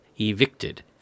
evicted